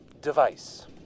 device